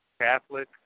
Catholic